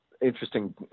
interesting